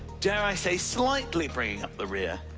dare i say, slightly bringing up the rear